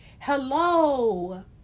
hello